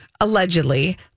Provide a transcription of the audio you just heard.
Allegedly